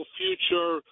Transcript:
future